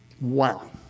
Wow